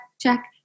check